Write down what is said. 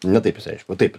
ne taip išsireiškiau va taip